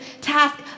task